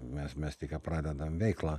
mes mes tika pradedam veiklą